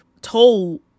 told